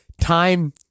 time